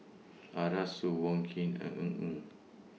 Arasu Wong Keen and Ng Eng